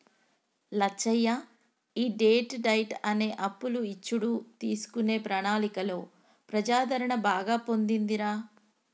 లచ్చయ్య ఈ debt diet అనే అప్పులు ఇచ్చుడు తీసుకునే ప్రణాళికలో ప్రజాదరణ బాగా పొందిందిరా